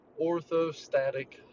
Orthostatic